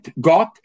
God